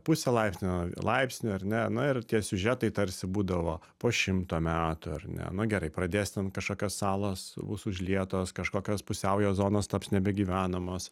pusė laipsnio laipsnį ar ne na ir tie siužetai tarsi būdavo po šimto metų ar ne nu gerai pradės ten kažkokios salos bus užlietos kažkokios pusiaujo zonos taps nebegyvenamos